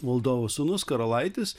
valdovo sūnus karalaitis